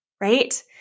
right